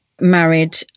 married